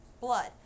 blood